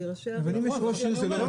זה לא